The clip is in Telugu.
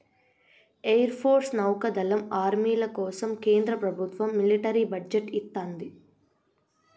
ఎయిర్ ఫోర్స్, నౌకాదళం, ఆర్మీల కోసం కేంద్ర ప్రభత్వం మిలిటరీ బడ్జెట్ ఇత్తంది